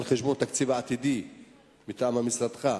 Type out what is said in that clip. על חשבון תקציב עתידי מטעם משרדך,